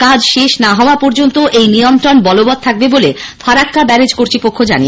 কাজ শেষ না হওয়া পর্যন্ত এই নিয়ন্ত্রণ বলবত্ থাকবে বলে ফারাক্কা ব্যারেজ কর্তৃপক্ষ জানিয়েছেন